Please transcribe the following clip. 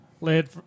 led –